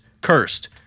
cursed